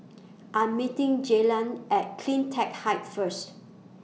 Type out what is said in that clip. I Am meeting Jaylan At CleanTech Height First